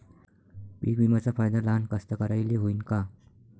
पीक विम्याचा फायदा लहान कास्तकाराइले होईन का?